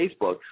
Facebook